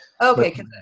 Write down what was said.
okay